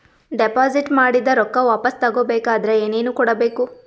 Deposit ಮಾಡಿದ ರೊಕ್ಕ ವಾಪಸ್ ತಗೊಬೇಕಾದ್ರ ಏನೇನು ಕೊಡಬೇಕು?